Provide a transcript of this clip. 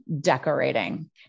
decorating